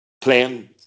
Playing